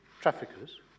traffickers